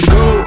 go